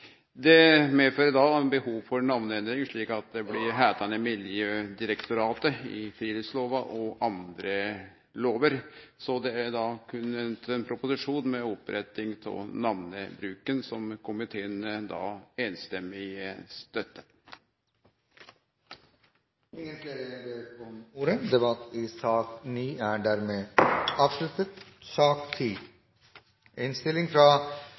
Det medfører da behov for namneendring slik at det blir heitande Miljødirektoratet i friluftslova og andre lover. Det er berre ein proposisjon med oppretting av namnebruken, som komiteen samrøystes støttar. Flere har ikke bedt om ordet til sak nr. 9. Etter ønske fra